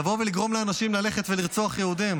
לבוא ולגרום לאנשים ללכת ולרצוח יהודים,